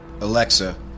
Alexa